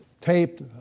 taped